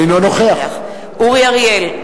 אינו נוכח אורי אריאל,